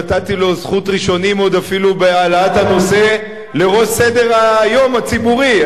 נתתי לו זכות ראשונים עוד אפילו בהעלאת הנושא לראש סדר-היום הציבורי,